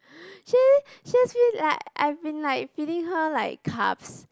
ju~ just feels like I've been like feeding her like carbs